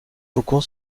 faucon